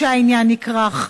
כשהעניין נכרך.